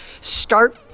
start